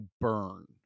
burn